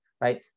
right